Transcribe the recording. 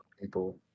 people